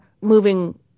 moving